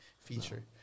feature